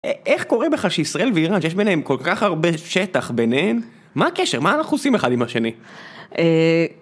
איך קורה בכלל שישראל ואיראן, שיש ביניהם כל כך הרבה שטח ביניהם, מה הקשר? מה אנחנו עושים אחד עם השני?